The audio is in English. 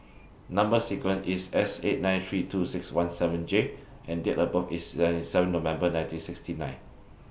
Number sequence IS S eight nine three two six one seven J and Date of birth IS The seven November nineteen sixty nine